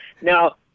Now